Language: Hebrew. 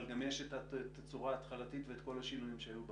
גם יש את התצורה ההתחלתית ואת כל השינויים שהיו בדרך.